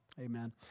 amen